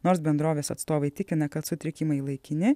nors bendrovės atstovai tikina kad sutrikimai laikini